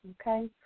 Okay